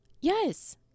yes